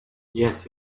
yes